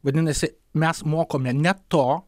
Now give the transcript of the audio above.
vadinasi mes mokome ne to